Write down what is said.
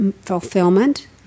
fulfillment